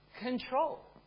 control